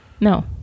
No